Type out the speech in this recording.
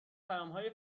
پیامهای